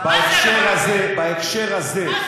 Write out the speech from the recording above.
בהקשר הזה.